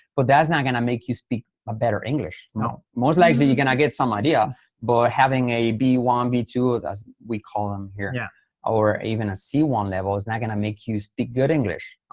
but that's not going to make you speak a better english. no. most likely you're going to get some idea but having a b one b two that's we call them here yeah or even a c one level is not going to make you speak good english.